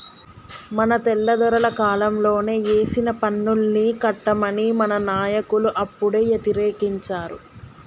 మన తెల్లదొరల కాలంలోనే ఏసిన పన్నుల్ని కట్టమని మన నాయకులు అప్పుడే యతిరేకించారు